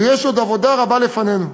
ויש עוד עבודה רבה לפנינו.